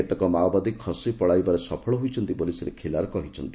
କେତେକ ମାଓବାଦୀ ଖସି ପଳାଇବାରେ ସଫଳ ହୋଇଛନ୍ତି ବୋଲି ଶ୍ରୀ ଖିଲାର କହିଛନ୍ତି